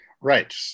Right